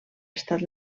estat